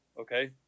okay